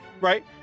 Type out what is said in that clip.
right